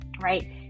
right